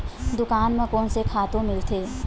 दुकान म कोन से खातु मिलथे?